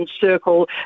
circle